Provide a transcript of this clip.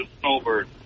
snowbird